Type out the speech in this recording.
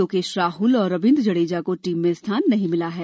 लोकेश राहुल और रविन्द्र जडेजा को टीम में स्थान नहीं मिला है